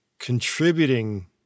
contributing